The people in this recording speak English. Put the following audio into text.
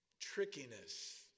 trickiness